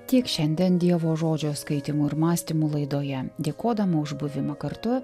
tiek šiandien dievo žodžio skaitymų ir mąstymų laidoje dėkodama už buvimą kartu